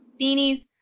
Beanies